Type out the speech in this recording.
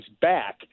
back